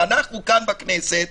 ואנחנו כאן בכנסת